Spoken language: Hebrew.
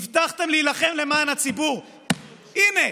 הבטחתם להילחם למען הציבור, הינה,